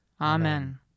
Amen